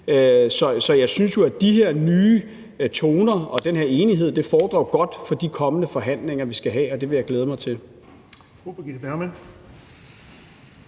Så jeg synes jo, at de her nye toner og den her enighed lover godt for de kommende forhandlinger, vi skal have, og det vil jeg glæde mig. Kl.